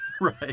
Right